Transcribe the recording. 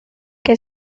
que